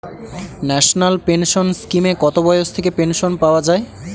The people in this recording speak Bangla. ন্যাশনাল পেনশন স্কিমে কত বয়স থেকে পেনশন পাওয়া যায়?